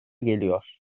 geliyor